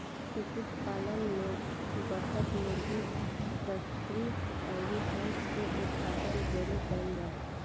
कुक्कुट पालन में बतक, मुर्गी, टर्की अउर हंस के उत्पादन ढेरे कईल जाला